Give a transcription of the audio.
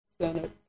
Senate